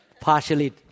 Partially